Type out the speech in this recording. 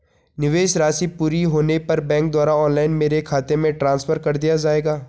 निवेश राशि पूरी होने पर बैंक द्वारा ऑनलाइन मेरे खाते में ट्रांसफर कर दिया जाएगा?